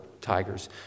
tigers